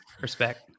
Respect